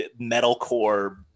metalcore